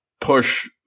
push